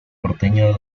porteño